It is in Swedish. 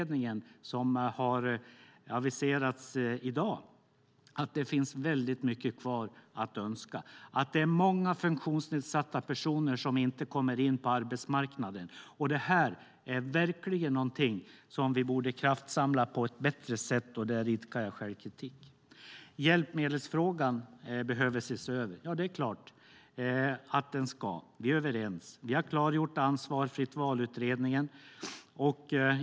Det finns väldigt mycket kvar att önska. Det är många funktionsnedsatta personer som inte kommer in på arbetsmarknaden. I dag aviserades den så kallade Funkautredningen. Detta är verkligen någonting som vi borde kraftsamla kring på ett bättre sätt. Där idkar jag självkritik. Hjälpmedelsfrågan behöver ses över, skriver man. Ja, det är klart att den ska; vi är överens. Vi har klargjort ansvaret och har Fritt val-utredningen.